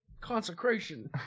Consecration